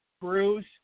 Bruce